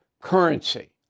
currency